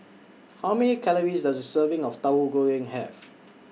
How Many Calories Does A Serving of Tauhu Goreng Have